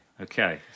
Okay